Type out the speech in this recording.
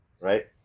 Right